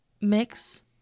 Mix